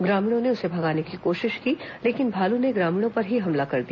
ग्रामीणों ने उसे भगाने की कोशिश की लेकिन भालू ने ग्रामीणों पर ही हमला कर दिया